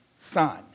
son